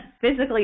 physically